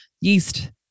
yeast